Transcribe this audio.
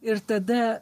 ir tada